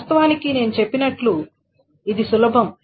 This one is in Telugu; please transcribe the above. వాస్తవానికి నేను చెప్పినట్లు ఇది సులభం